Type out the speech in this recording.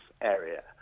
area